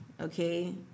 okay